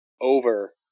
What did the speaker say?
Over